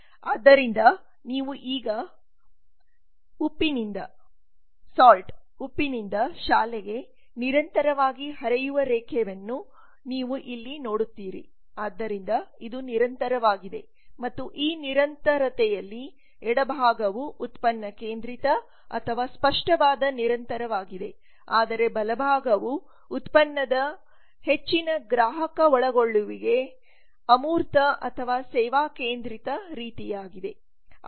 ಆದ್ದರಿಂದ ನೀವು ಈಗ ಉಪ್ಪಿನಿಂದ ಶಾಲೆಗೆ ನಿರಂತರವಾಗಿ ಹರಿಯುವ ರೇಖೆಯನ್ನು ನೀವು ಇಲ್ಲಿ ನೋಡುತ್ತೀರಿ ಆದ್ದರಿಂದ ಇದು ನಿರಂತರವಾಗಿದೆ ಮತ್ತು ಈ ನಿರಂತರತೆಯಲ್ಲಿ ಎಡಭಾಗವು ಉತ್ಪನ್ನ ಕೇಂದ್ರಿತ ಅಥವಾ ಸ್ಪಷ್ಟವಾದ ನಿರಂತರವಾಗಿದೆ ಆದರೆ ಬಲಭಾಗವು ಉತ್ಪನ್ನದ ಹೆಚ್ಚಿನ ಗ್ರಾಹಕ ಒಳಗೊಳ್ಳುವಿಕೆ ಅಮೂರ್ತ ಅಥವಾ ಸೇವಾ ಕೇಂದ್ರಿತ ರೀತಿಯಾಗಿದೆ